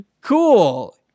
Cool